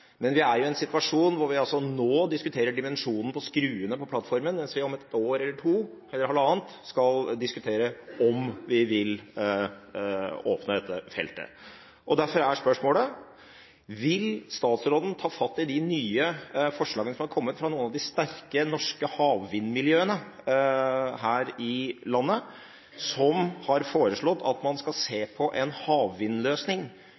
Vi er i en situasjon hvor vi nå diskuterer dimensjonen på skruene på plattformen, mens vi om et år eller to – eller halvannet – skal diskutere om vi vil åpne dette feltet. Derfor er spørsmålet: Vil statsråden ta fatt i de nye forslagene som har kommet fra noen av de sterke, norske havvindmiljøene her i landet, som har foreslått at man skal